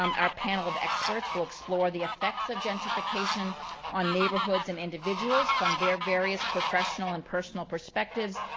um our panel of experts will explore the effects of gentrification on neighborhoods and individuals from their various professional and personal perspectives,